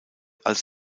als